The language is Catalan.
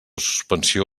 suspensió